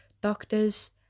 Doctors